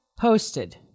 posted